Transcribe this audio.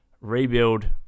rebuild